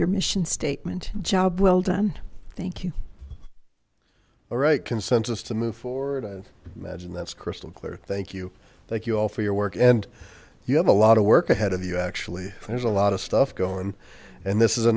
your mission statement job well done thank you alright consensus to move forward i imagine that's crystal clear thank you thank you all for your work and you have a lot of work ahead of you actually there's a lot of stuff going and this is a